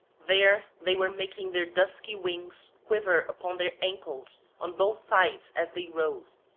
there they were making their dusky wings quiver upon their ankles on both sides as they rose,